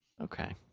Okay